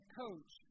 coach